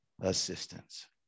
assistance